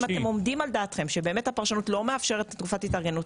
אם אתם עומדים על דעתכם שבאמת הפרשנות לא מאפשרת תקופת התארגנות,